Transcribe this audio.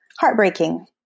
Heartbreaking